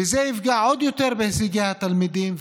וזה יפגע עוד יותר בהישגי התלמידים.